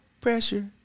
pressure